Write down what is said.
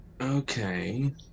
Okay